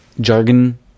jargon